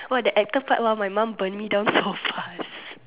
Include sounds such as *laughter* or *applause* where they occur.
!wah! the actor part !wah! my mom burn me down so fast *laughs*